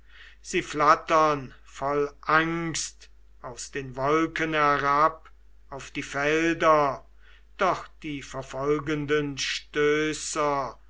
sie flattern voll angst aus den wolken herab auf die felder doch die verfolgenden stößer